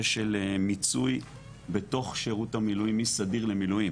של מיצוי בתוך שירות המילואים מסדיר למילואים,